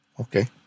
okay